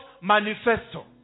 Manifesto